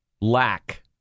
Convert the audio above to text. lack